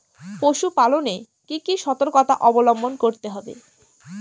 পশুপালন এ কি কি সর্তকতা অবলম্বন করতে হবে?